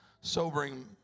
Sobering